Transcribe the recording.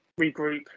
Regroup